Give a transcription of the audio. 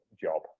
job